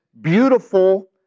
Beautiful